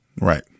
right